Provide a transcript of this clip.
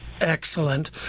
Excellent